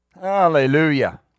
Hallelujah